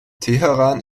teheran